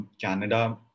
Canada